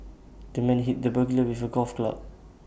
the man hit the burglar with A golf club